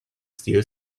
still